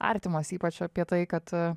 artimos ypač apie tai kad